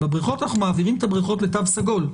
בבריכות אנחנו מעבירים את הבריכות לתו סגול.